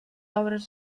obres